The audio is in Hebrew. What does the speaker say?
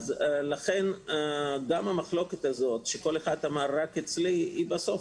לכן גם המחלוקת הזו שכל אחד אמר "רק אצלי" בסוף היא